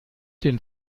den